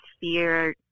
fear